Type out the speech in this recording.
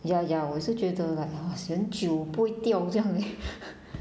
ya ya 我也是觉得 like 我洗很久不会掉这样 leh